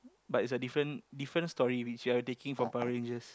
but it's a different different stories which you are taking from Power-Rangers